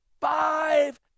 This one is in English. five